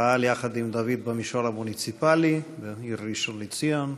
פעל יחד עם דוד במישור המוניציפלי בעיר ראשון-לציון,